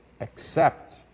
accept